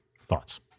Thoughts